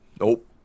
Nope